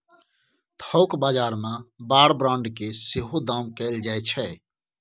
थोक बजार मे बार ब्रांड केँ सेहो दाम कएल जाइ छै